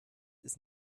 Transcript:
ist